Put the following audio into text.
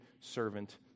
servant